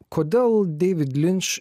kodėl deivid linč